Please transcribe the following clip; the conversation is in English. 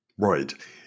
Right